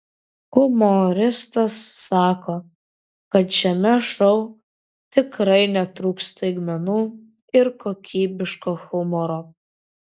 humoristas sako kad šiame šou tikrai netrūks staigmenų ir kokybiško humoro